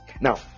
Now